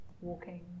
walking